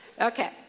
Okay